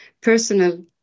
personal